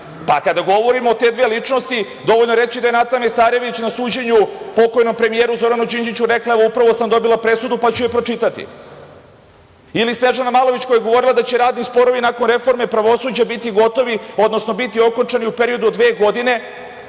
Pa, kada govorimo o te dve ličnosti dovoljno je reći da je Nata Mesarević na suđenju pokojnom premijeru Zoranu Đinđiću rekla - upravo sam dobila presudu, pa ću je pročitati ili Snežana Malović koja je govorila da će radni sporovi nakon reforme pravosuđa biti gotovi, odnosno biti okončani u periodu od dve godine,